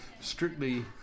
strictly